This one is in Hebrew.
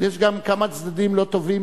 אבל יש גם כמה צדדים לא טובים